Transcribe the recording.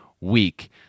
week